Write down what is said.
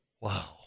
Wow